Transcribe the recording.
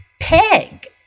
pig